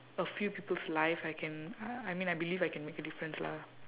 a few people's life I can uh I mean I believe I can make a difference lah